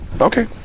Okay